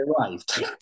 arrived